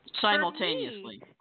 simultaneously